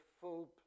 full